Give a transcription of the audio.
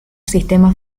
sistema